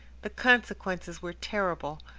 the consequences were terrible.